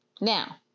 Now